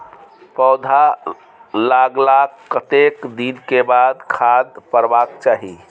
पौधा लागलाक कतेक दिन के बाद खाद परबाक चाही?